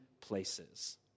places